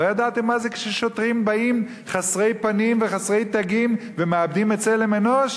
לא ידעתם מה זה כששוטרים באים חסרי פנים וחסרי תגים ומאבדים צלם אנוש?